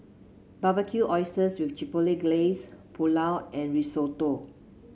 Barbecued Oysters with Chipotle Glaze Pulao and Risotto